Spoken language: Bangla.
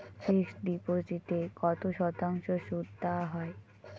ফিক্সড ডিপোজিটে কত শতাংশ সুদ দেওয়া হয়?